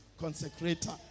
consecrator